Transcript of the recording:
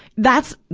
that's,